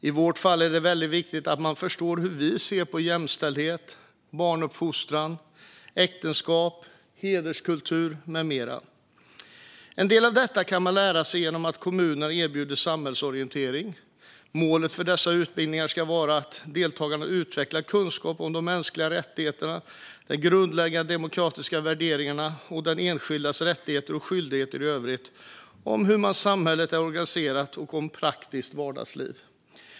I vårt fall är det väldigt viktigt att man förstår hur vi ser på jämställdhet, barnuppfostran, äktenskap, hederskultur med mera. En del av detta kan man lära sig genom att kommunerna erbjuder samhällsorientering. Målet för dessa utbildningar ska vara att deltagarna utvecklar kunskap om de mänskliga rättigheterna och de grundläggande demokratiska värderingarna, om den enskildes rättigheter och skyldigheter i övrigt, om hur samhället är organiserat och om praktiskt vardagsliv.